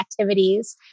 activities